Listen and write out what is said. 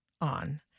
on